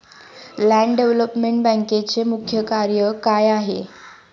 Land development बँकेचे मुख्य कार्य काय आहे?